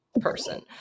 person